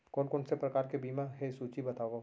कोन कोन से प्रकार के बीमा हे सूची बतावव?